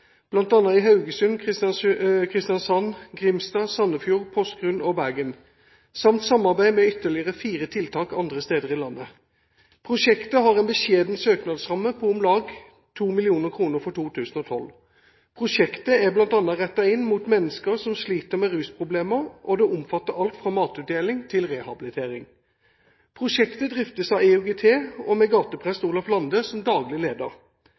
bl.a. i Haugesund, Kristiansand, Grimstad, Sandefjord, Porsgrunn og Bergen – samt samarbeid med ytterligere fire tiltak andre steder i landet. Prosjektet har en beskjeden søknadsramme på om lag 2 mill. kr for 2012. Prosjektet er bl.a. rettet inn mot mennesker som sliter med rusproblemer, og det omfatter alt fra matutdeling til rehabilitering. Prosjektet driftes av IOGT og med gateprest Olaf Lande som daglig leder.